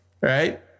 right